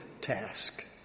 task